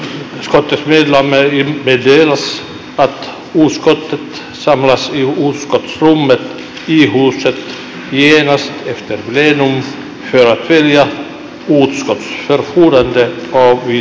jord och skogsbruksutskottets medlemmar meddelas att utskottet samlas i utskottsrummet i s huset genast efter plenum för att välja utskottsordförande och vice ordförande